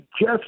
Jeff